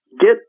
Get